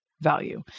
value